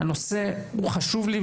מדובר בנושא שחשוב לי.